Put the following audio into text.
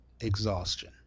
exhaustion